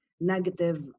negative